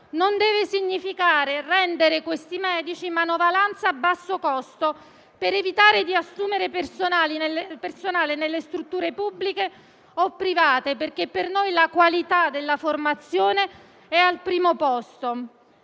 non deve significare rendere costoro manovalanza a basso costo, per evitare di assumere personale nelle strutture pubbliche o private, perché per noi la qualità della formazione è al primo posto.